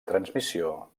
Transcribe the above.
transmissió